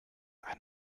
ein